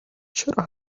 چرا